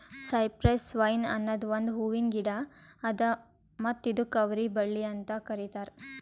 cypress vine ಅನದ್ ಒಂದು ಹೂವಿನ ಗಿಡ ಅದಾ ಮತ್ತ ಇದುಕ್ ಅವರಿ ಬಳ್ಳಿ ಅಂತ್ ಕರಿತಾರ್